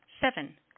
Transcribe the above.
Seven